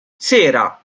sera